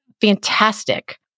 fantastic